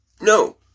No